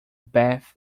bath